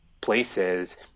places